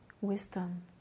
wisdom